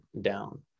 down